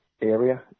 area